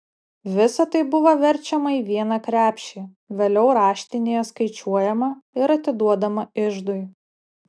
visa tai buvo verčiama į vieną krepšį vėliau raštinėje skaičiuojama ir atiduodama iždui